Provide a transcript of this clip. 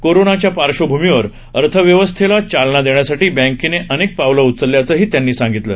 कोरोनाच्या पार्बभूमीवर अर्थव्यवस्थेला चालना देण्यासाठी बँकेने अनेक पावलं उचलल्याचंही त्यांनी सांगितलं